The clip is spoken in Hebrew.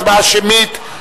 כל פעם שאתם רוצים הצבעה שמית,